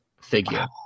figure